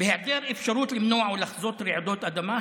בהיעדר אפשרות למנוע או לחזות רעידות אדמה,